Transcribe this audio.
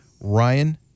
Ryan